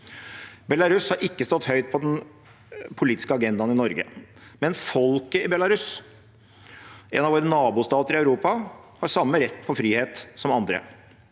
Belarus har ikke stått høyt på den politiske agendaen i Norge, men folket i Belarus, en av våre nabostater i Europa, har samme rett til frihet som andre.